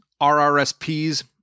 RRSPs